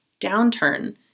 downturn